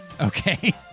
Okay